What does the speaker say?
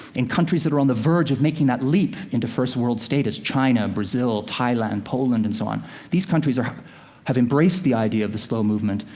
in countries that are on the verge of making that leap into first world status china, brazil, thailand, poland, and so on these countries have embraced the idea of the slow movement,